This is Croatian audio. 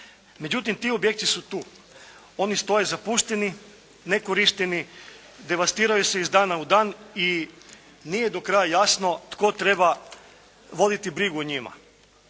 Međutim, ti objekti su tu, oni stoje zapušteni, nekorišteni, devastiraju se iz dana u dan i nije do kraja jasno tko treba voditi brigu o njima.